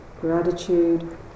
gratitude